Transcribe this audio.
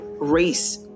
race